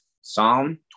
Psalm